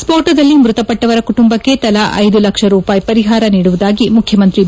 ಸ್ಪೋಟದಲ್ಲಿ ಮ್ನತಪಟ್ರವರ ಕುಟುಂಬಕ್ಕೆ ತಲಾ ಲಕ್ಷ ರೂಪಾಯಿ ಪರಿಹಾರ ನೀಡುವುದಾಗಿ ಮುಖ್ಯಮಂತ್ರಿ ಬಿ